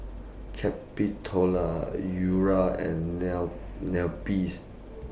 Capitola Eura and Neppie's